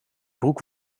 broek